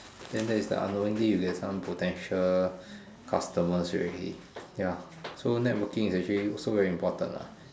then there is the unknowingly you can get some potential customer already ya so networking is actually also very important lah